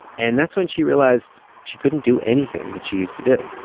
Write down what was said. and that's when she realized she couldn't do anything that she used to do.